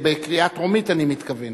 בקריאה טרומית, אני מתכוון.